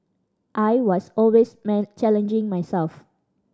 I was always challenging myself